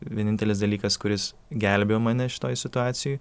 vienintelis dalykas kuris gelbėjo mane šitoj situacijoj